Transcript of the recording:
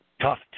Tough